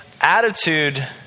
attitude